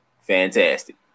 fantastic